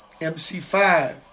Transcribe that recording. MC5